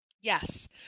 yes